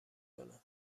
کنم